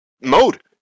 mode